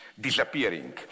disappearing